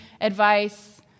advice